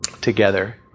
together